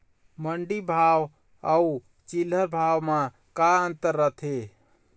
मंडी भाव अउ चिल्हर भाव म का अंतर रथे?